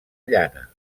llana